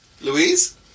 Louise